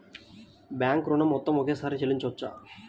Bank ఋణం మొత్తము ఒకేసారి చెల్లించవచ్చా?